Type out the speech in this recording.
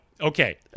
Okay